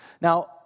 Now